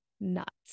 nuts